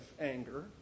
anger